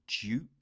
Duke